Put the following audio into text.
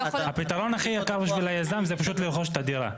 הפתרון הכי יקר בשביל היזם זה פשוט לרכוש את הדירה.